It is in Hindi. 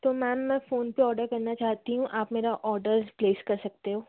तो मैम मैं फ़ोन पर ऑर्डर करना चाहती हूँ आप मेरा ऑर्डर प्लेस कर सकते हो